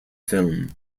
film